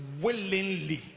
willingly